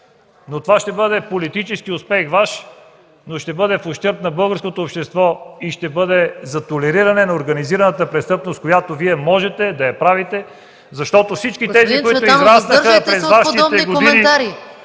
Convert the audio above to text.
Това ще бъде Вашият политически успех, но ще бъде в ущърб на българското общество, ще бъде за толериране на организираната престъпност, която Вие можете да правите, защото всички тези, които израснаха през Вашите години,